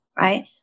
right